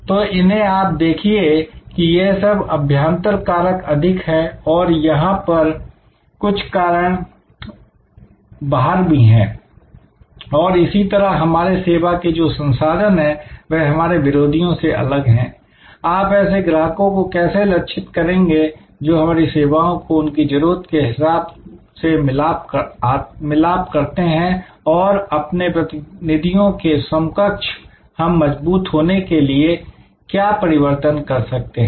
तो इन्हें आप देखिए कि यह सब अभ्यांतर कारक अधिक हैं और यहां पर कुछ बाहर कारण भी हैं और इसी तरह हमारे सेवा के जो संसाधन हैं वह हमारे विरोधियों से अलग हैं आप ऐसे ग्राहकों को कैसे लक्षित करेंगे जो हमारी सेवाओं को उनकी जरूरत के अनुसार मिलाप आते हैं और अपने प्रतिनिधियों के समकक्ष हम मजबूत होने के लिए क्या परिवर्तन कर सकते हैं